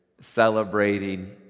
Celebrating